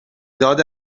داد